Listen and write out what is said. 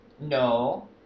No